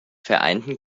vereinten